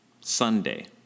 Sunday